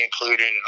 included